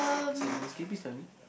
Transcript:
it's like girls can you please tell me